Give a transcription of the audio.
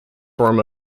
form